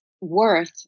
worth